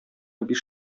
биш